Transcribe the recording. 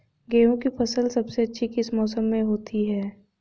गेंहू की फसल सबसे अच्छी किस मौसम में होती है?